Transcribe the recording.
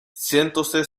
sentóse